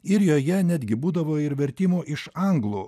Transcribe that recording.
ir joje netgi būdavo ir vertimų iš anglų